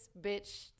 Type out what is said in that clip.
bitch